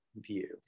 view